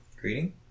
Greeting